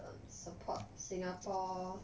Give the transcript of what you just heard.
um support singapore